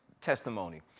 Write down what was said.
testimony